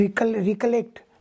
recollect